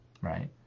right